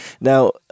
Now